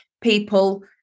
people